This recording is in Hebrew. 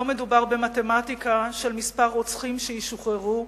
לא מדובר במתמטיקה של מספר רוצחים שישוחררו